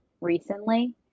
recently